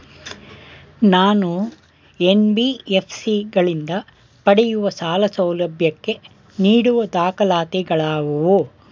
ನಾನು ಎನ್.ಬಿ.ಎಫ್.ಸಿ ಗಳಿಂದ ಪಡೆಯುವ ಸಾಲ ಸೌಲಭ್ಯಕ್ಕೆ ನೀಡುವ ದಾಖಲಾತಿಗಳಾವವು?